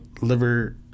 liver